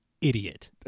idiot